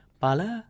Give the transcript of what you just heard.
pala